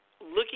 looking